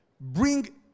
bring